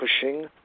pushing